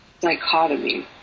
Dichotomy